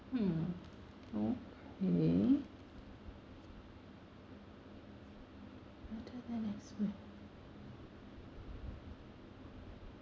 hmm oh really better than expected